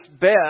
best